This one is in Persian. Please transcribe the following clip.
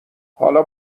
حالا